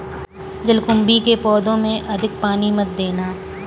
जलकुंभी के पौधों में अधिक पानी मत देना